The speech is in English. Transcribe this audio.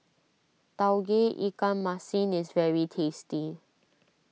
Tauge Ikan Masin is very tasty